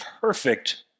perfect